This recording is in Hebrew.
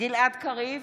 גלעד קריב,